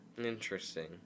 Interesting